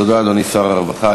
תודה, אדוני שר הרווחה.